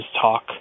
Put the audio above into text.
talk